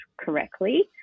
correctly